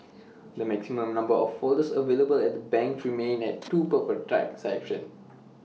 the maximum number of folders available at the banks remains at two per per transaction